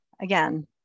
again